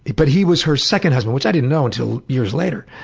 but he was her second husband, which i didn't know until years later.